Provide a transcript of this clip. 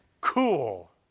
cool